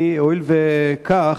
הואיל וכך,